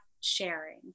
sharing